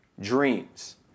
dreams